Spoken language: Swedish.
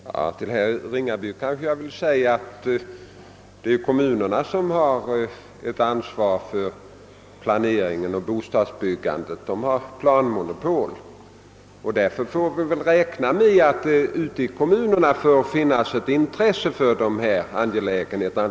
Herr talman! Till herr Ringaby vill jag säga att det är kommunerna som genom planmonopolet bär ansvaret för planeringen av bostadsbyggandet. Det måste därför ute i kommunerna finnas ett intresse för dessa angelägenheter.